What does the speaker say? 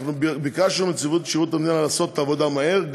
אנחנו ביקשנו מנציבות שירות המדינה לעשות את העבודה מהר.